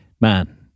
Man